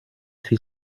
fit